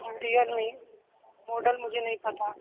Realme model मुझे नहीं पता